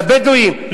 לבדואים,